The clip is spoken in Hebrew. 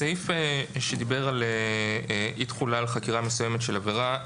הסעיף שדיבר על אי תחולה על חקירה מסוימת של עבירה,